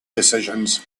decisions